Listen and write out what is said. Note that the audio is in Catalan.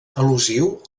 al·lusiu